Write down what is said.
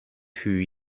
für